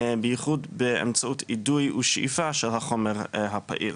בייחוד באמצעות אידוי ושאיפה של החומר הפעיל.